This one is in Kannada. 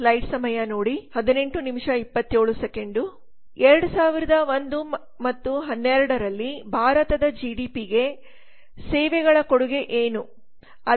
2001 ಮತ್ತು 12 ರಲ್ಲಿ ಭಾರತದ ಜಿಡಿಪಿಗೆ ಸೇವೆಗಳ ಕೊಡುಗೆ ಏನು